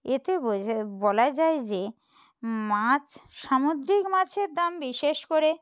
এতে বোঝা বলা যায় যে মাছ সামুদ্রিক মাছের দাম বিশেষ করে